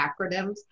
acronyms